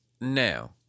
Now